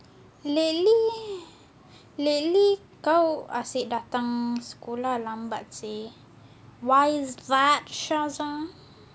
really really kau asyik datang sekolah lambat seh